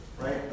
right